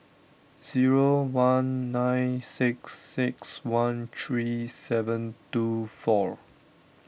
zero one nine six six one three seven two four